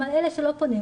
זה אלה שלא פונים.